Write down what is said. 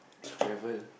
if travel